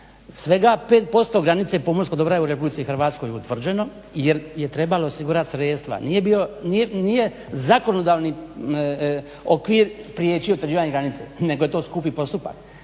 Svega 5% granice pomorskog dobra je u RH utvrđeno jer je trebalo osigurat sredstva. Nije zakonodavni okvir spriječio utvrđivanje granice nego je to skupi postupak.